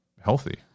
healthy